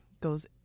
goes